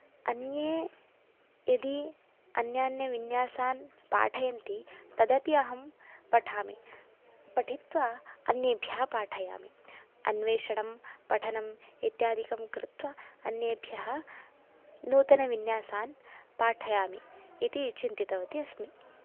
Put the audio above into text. अन्ये यदि अन्यान्यविन्यासान् पाठयन्ति तदपि अहं पठामि पठित्वा अन्येभ्यः पाठयामि अन्वेषणं पठनम् इत्यादिकं कृत्वा अन्येभ्यः नूतनविन्यासान् पाठयामि इति चिन्तितवती अस्मि